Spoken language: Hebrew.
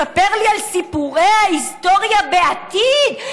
מספר לי על סיפורי ההיסטוריה בעתיד,